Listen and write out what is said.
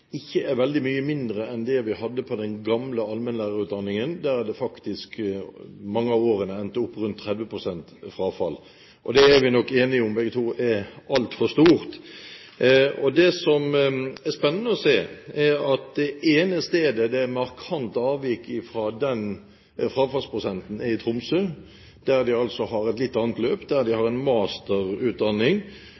ikke er veldig mye mindre enn det vi hadde på den gamle allmennlærerutdanningen. Der er det faktisk mange av årene endt opp med rundt 30 pst. frafall. Det er vi nok enige om begge to er altfor stort. Det som er spennende å se, er at det ene stedet der det er markant avvik fra den frafallsprosenten, er Tromsø – der de har et litt annet løp, der de har